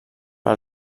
per